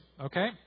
Okay